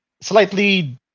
Slightly